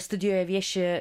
studijoje vieši